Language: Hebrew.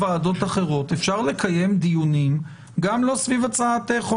אפשר לקיים דיון גם לא סביב הצעת חוק